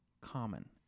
common